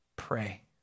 pray